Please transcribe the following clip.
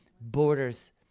borders